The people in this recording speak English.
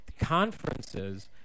Conferences